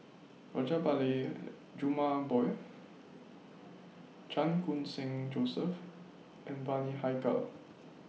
Rajabali Jumabhoy Chan Khun Sing Joseph and Bani Haykal